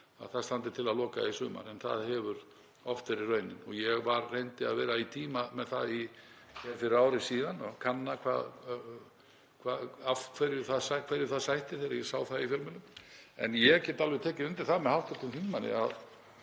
það standi til að loka í sumar en það hefur oft verið raunin. Ég reyndi að vera í tíma með það fyrir ári síðan og kanna hverju það sætti þegar ég sá það í fjölmiðlum. En ég get alveg tekið undir það með hv. þingmanni